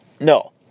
No